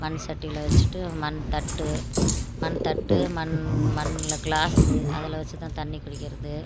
மண் சட்டியில் வச்சுட்டு மண் தட்டு மண் தட்டு மண் மண்ணில் கிளாஸ்ஸு அதில் வச்சு தான் தண்ணி குடிக்கிறது